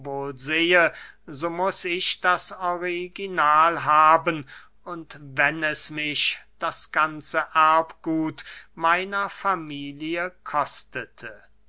so muß ich das original haben und wenn es mich das ganze erbgut meiner familie kostete